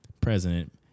President